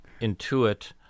intuit